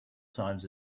times